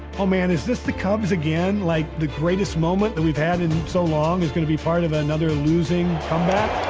oh, man, is this the cubs again? like, the greatest moment that we've had in so long is going to be part of another losing comeback?